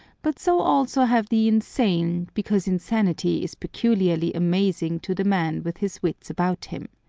but so also have the insane, because insanity is particularly amazing to the man with his wits about him.